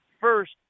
first